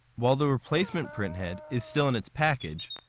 while the replacement print head is still in its package,